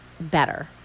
better